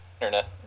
internet